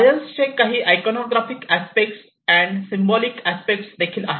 सायन्सचे काही iconographic aspect and symbolic aspect देखील आहेत